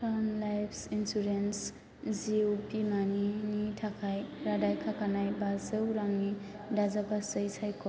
term life insurance जिउ बीमानिनि थाखाय रादाय खाखानाय बाजौ रांनि दाजाबगासै सायख'